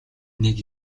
нэг